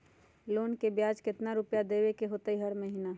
Loan के ब्याज कितना रुपैया देबे के होतइ हर महिना?